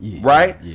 right